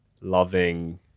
loving